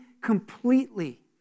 completely